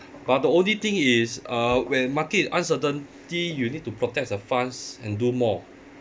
but the only thing is uh when market uncertainty you need to protect the funds and do more